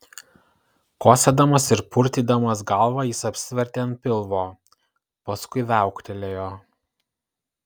kosėdamas ir purtydamas galvą jis apsivertė ant pilvo paskui viauktelėjo